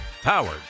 Powered